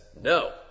no